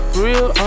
real